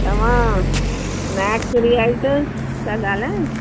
तव्हां मैक रिएलटस था ॻाल्हायो